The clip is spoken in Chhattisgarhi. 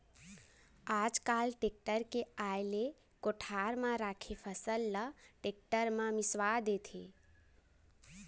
आज काल टेक्टर के आए ले कोठार म राखे फसल ल टेक्टर म मिंसवा देथे